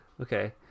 Okay